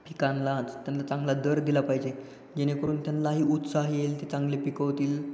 पिकांनाच त्यांना चांगला दर दिला पाहिजे जेणेकरून त्यांनाही उत्साह येईल ते चांगले पिकवतील